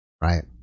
Right